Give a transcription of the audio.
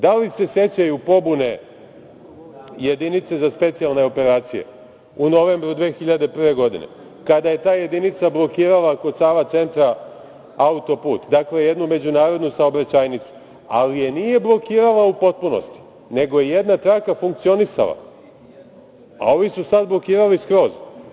Da li se sećaju pobune Jedinice za specijalne operacije u novembru 2001. godine kada je ta jedinica blokirala kod Sava Centra autoput, dakle jednu međunarodnu saobraćajnicu, ali je nije blokirala u potpunosti, nego je jedna traka funkcionisala, a ovi su sada blokirali skroz.